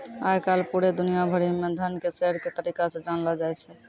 आय काल पूरे दुनिया भरि म धन के शेयर के तरीका से जानलौ जाय छै